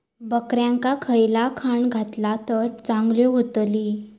बकऱ्यांका खयला खाणा घातला तर चांगल्यो व्हतील?